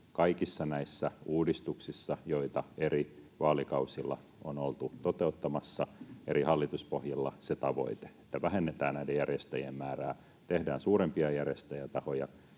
kaikissa näissä uudistuksissa, joita eri vaalikausilla on oltu toteuttamassa eri hallituspohjilla, se tavoite, että vähennetään näiden järjestäjien määrää, tehdään suurempia järjestäjätahoja,